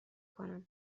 کنم